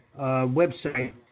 website